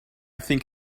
think